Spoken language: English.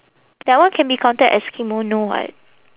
that one can be counted as kimono [what]